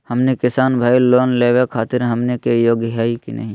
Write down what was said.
हमनी किसान भईल, लोन लेवे खातीर हमनी के योग्य हई नहीं?